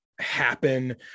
happen